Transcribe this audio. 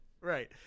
Right